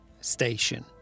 Station